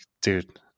dude